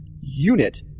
Unit